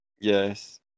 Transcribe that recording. Yes